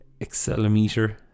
accelerometer